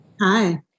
Hi